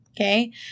Okay